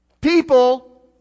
people